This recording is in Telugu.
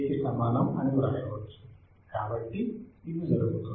కి సమానం అని వ్రాయవచ్చు కాబట్టి ఇది జరుగుతుంది